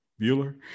Bueller